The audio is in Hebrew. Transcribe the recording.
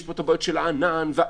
יש פה את הבעיות של הענן וכו'.